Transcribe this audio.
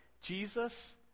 Jesus